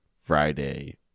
Friday